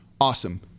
Awesome